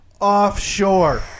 offshore